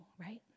right